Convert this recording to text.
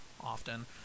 often